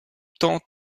temps